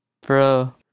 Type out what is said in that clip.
Bro